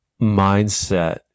mindset